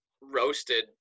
roasted